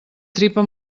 tripa